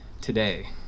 today